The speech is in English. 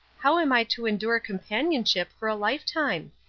how am i to endure companionship for a lifetime?